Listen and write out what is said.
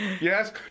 Yes